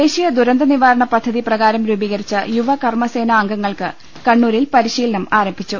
ദേശീയ ദുരന്ത നിവാരണ പദ്ധതി പ്രകാരം രൂപീകരിച്ച യുവ കർമ്മസേനാ അംഗങ്ങൾക്ക് കണ്ണൂരിൽ പരിശീലനം ആരംഭിച്ചു